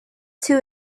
too